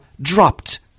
dropped